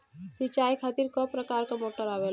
सिचाई खातीर क प्रकार मोटर आवेला?